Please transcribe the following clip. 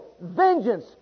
vengeance